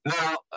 now